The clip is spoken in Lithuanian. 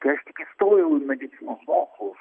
kai aš tik įstojau į medicinos mokslus